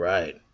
Right